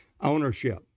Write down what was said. Ownership